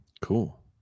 Cool